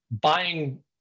buying